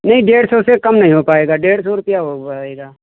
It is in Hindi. नहीं डेढ़ सौ से कम नहीं हो पाएगा डेढ़ सौ रुपये हो पाएगा